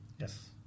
Yes